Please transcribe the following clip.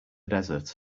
desert